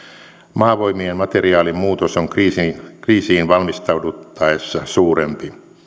maavoimien materiaalin muutos on kriisiin valmistauduttaessa suurempi kuten